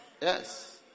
yes